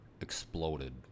exploded